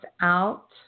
out